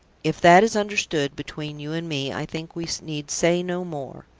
if that is understood between you and me, i think we need say no more.